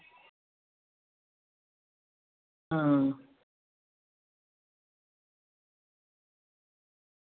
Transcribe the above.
आं